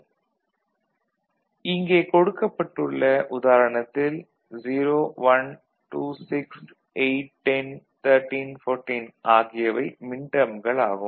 Y FABCD Σ m01268101314 இங்கு கொடுக்கப்பட்டுள்ள உதாரணத்தில் 0 1 2 6 8 10 13 14 ஆகியவை மின்டேர்ம்கள் ஆகும்